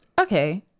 Okay